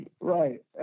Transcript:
right